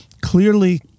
Clearly